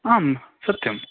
आम् सत्यं